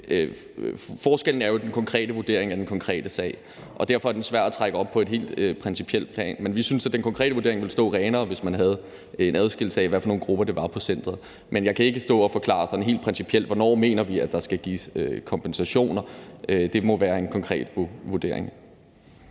Forskellen er jo den konkrete vurdering af den konkrete sag, og derfor er den svær at trække op på et helt principielt plan, men vi synes, at den konkrete vurdering vil stå renere, hvis man havde en adskillelse af de grupper, der var på centeret. Men jeg kan ikke stå og forklare sådan helt principielt, hvornår vi mener der skal gives kompensationer. Det må være en konkret vurdering.